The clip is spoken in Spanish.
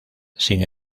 sin